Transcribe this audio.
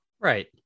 Right